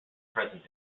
present